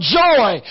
joy